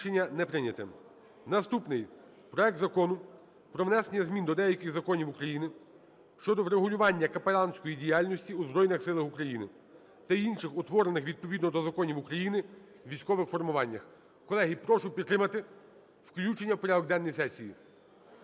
Наступний: проект Закону про внесення змін до деяких законів України щодо врегулювання капеланської діяльності у Збройних Силах України та інших утворених відповідно до законів України військових формуваннях. Колеги, прошу підтримати включення в порядок денний сесії.